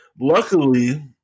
Luckily